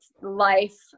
life